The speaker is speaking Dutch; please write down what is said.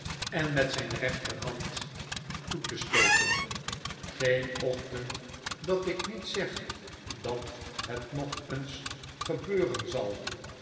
en met zpe rechterhand toe te stooten geen ochtend dat ik niet zeg dat het nog eens gebeuren zal